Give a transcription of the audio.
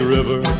River